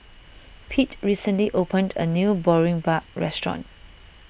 Pete recently opened a new Boribap restaurant